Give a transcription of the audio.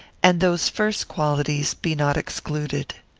and those first qualities, be not excluded.